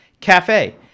Cafe